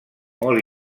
molt